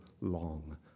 long